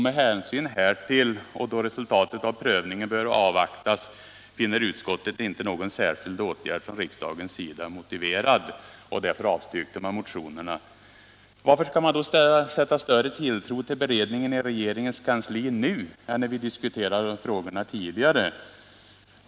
Med hänsyn härtill och då resultatet av prövningen bör avvaktas finner utskottet någon särskild åtgärd från riksdagens sida ej nu motiverad och avstyrker därför motionen.” Varför skall man sätta större tilltro nu till beredningen i regeringens kansli än när vi diskuterade denna fråga tidigare?